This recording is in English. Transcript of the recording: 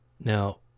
Now